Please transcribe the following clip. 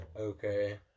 okay